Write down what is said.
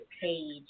page